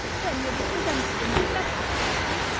then you'll be presented in their best society.